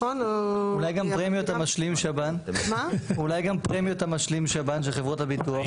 אולי גם פרמיות משלים שב"ן של חברות הביטוח?